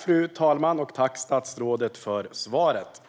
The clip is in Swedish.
Fru talman! Tack, statsrådet, för svaret!